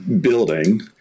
building